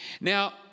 now